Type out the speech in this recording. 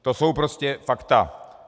To jsou prostě fakta.